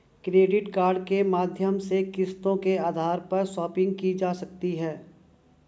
credit card के माध्यम से किस्तों के आधार पर शापिंग की जा सकती है